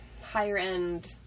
higher-end